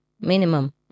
minimum